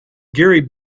gary